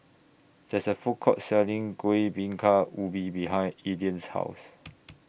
There IS A Food Court Selling Kuih Bingka Ubi behind Elian's House